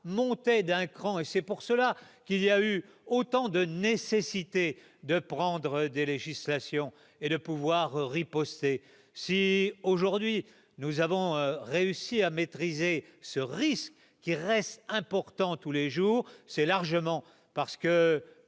monté d'un cran et c'est pour cela qu'il y a eu autant de nécessité de prendre des législations et de pouvoir riposter si aujourd'hui, nous avons réussi à maîtriser ce risque qui reste important, tous les jours, c'est largement parce que